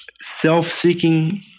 self-seeking